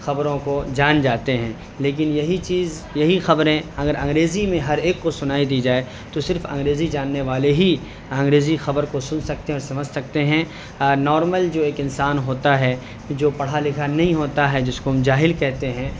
خبروں کو جان جاتے ہیں لیکن یہی چیز یہی خبریں اگر انگریزی میں ہر ایک کو سنائی دی جائے تو صرف انگریزی جاننے والے ہی انگریزی خبر کو سن سکتے ہیں اور سمجھ سکتے ہیں نارمل جو ایک انسان ہوتا ہے جو پڑھا لکھا نہیں ہوتا ہے جس کو ہم جاہل کہتے ہیں